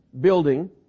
building